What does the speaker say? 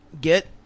Get